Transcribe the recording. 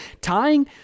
Tying